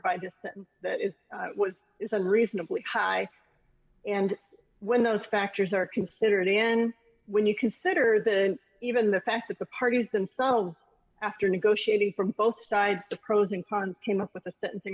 just that is was is a reasonably high and when those factors are considered in when you consider the even the fact that the parties themselves after negotiating from both sides the pros and cons came up with the sentencing